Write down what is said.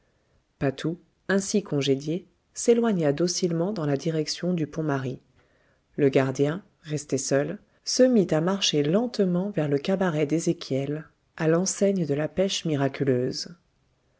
patou ainsi congédié s'éloigna docilement dans la direction du pont marie le gardien resté seul se mit à marcher lentement vers le cabaret d'ezéchiel à l'enseigne de la pêche miraculeuse